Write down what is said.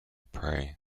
prey